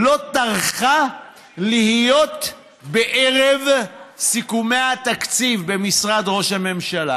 לא טרחה להיות בערב סיכומי התקציב במשרד ראש הממשלה.